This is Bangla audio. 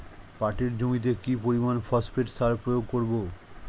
পাটের জমিতে কি পরিমান ফসফেট সার প্রয়োগ করব?